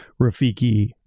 Rafiki